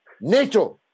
NATO